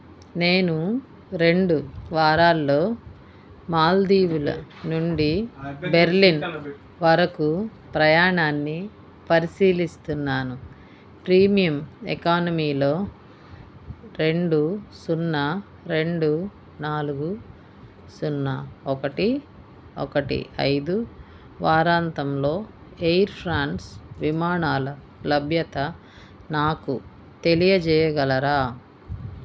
నేను రెండు వారాల్లో మాల్దీవుల నుండి బెర్లిన్ వరకు ప్రయాణాన్ని పరిశీలిస్తున్నాను ప్రీమియం ఎకానమీలో రెండు సున్నా రెండు నాలుగు సున్నా ఒకటి ఒకటి ఐదు వారాంతంలో ఎయిర్ ఫ్రాన్స్ విమానాల లభ్యత నాకు తెలియజేయగలరా